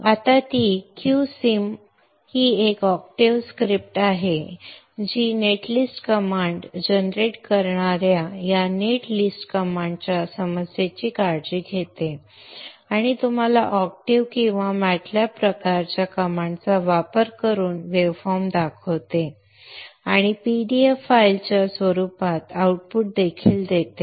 आता ती q sim ही एक ऑक्टेव्ह स्क्रिप्ट आहे जी नेट लिस्ट कमांड जनरेट करणार्या या नेट लिस्ट कमांडच्या समस्येची काळजी घेते आणि तुम्हाला ऑक्टेव्ह किंवा मॅटलॅब प्रकारच्या कमांडचा वापर करून वेव्हफॉर्म दाखवते आणि पीडीएफ फाइल च्या स्वरूपात आउटपुट देखील देते